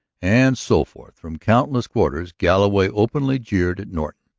and so forth from countless quarters. galloway openly jeered at norton.